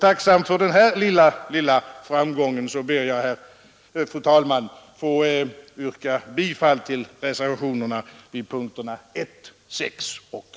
Tacksam för denna lilla framgång ber jag, fru talman, att få yrka bifall till reservationerna vid punkterna 1, 6 och 7.